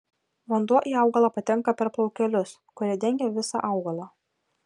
vanduo į augalą patenka per plaukelius kurie dengia visą augalą